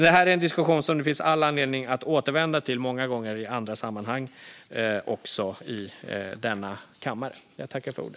Det här är en diskussion som det finns all anledning att återvända till många gånger också i andra sammanhang i denna kammare.